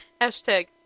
Hashtag